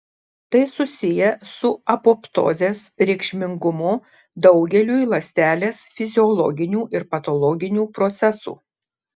tai susiję su apoptozės reikšmingumu daugeliui ląstelės fiziologinių ir patologinių procesų